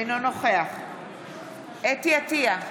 אינו נוכח חוה אתי עטייה,